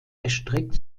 erstreckt